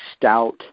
stout